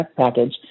package